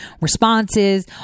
responses